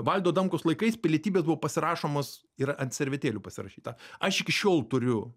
valdo adamkaus laikais pilietybės buvo pasirašomos ir ant servetėlių pasirašyta aš iki šiol turiu